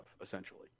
essentially